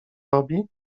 robi